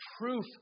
proof